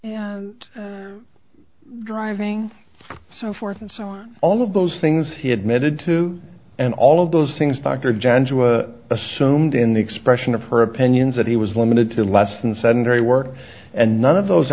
cards driving so forth and so on all of those things he admitted to and all of those things dr joshua assumed in the expression of her opinions that he was limited to less than sedentary work and none of those